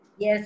Yes